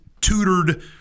tutored